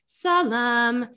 salam